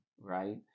right